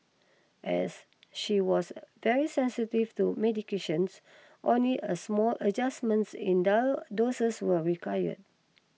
as she was very sensitive to medications only a small adjustments in doses were required